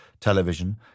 television